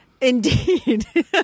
Indeed